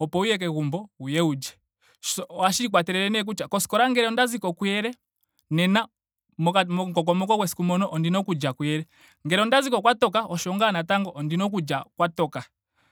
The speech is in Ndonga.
opo wuye kegumbo wuye wu lye. Sh- ohahsi ikwatelele nee kutya koskola ngele onda ziko kuyele nena. mokati. momukokomoko gwesiku moka ondina oku lya kuyele. ngele onda ziko ka toka osho ngaa natango ondina oku lya kwa toka